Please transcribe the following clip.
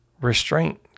Restraint